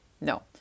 no